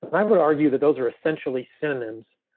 i would argue that those are essentially synonyms.